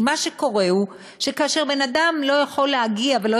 כי מה שקורה הוא שכאשר בן-אדם לא יכול להגיע ולא